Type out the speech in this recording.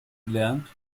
lernt